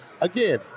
Again